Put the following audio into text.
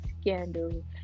scandal